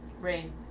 Rain